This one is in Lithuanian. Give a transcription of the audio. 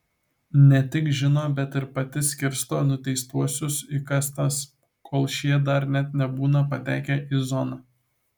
ne tik žino bet ir pati skirsto nuteistuosius į kastas kol šie dar net nebūna patekę į zoną